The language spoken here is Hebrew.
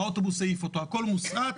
אוטובוס העיף אותו הכל מוסרט,